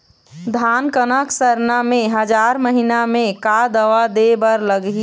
धान कनक सरना मे हजार महीना मे का दवा दे बर लगही?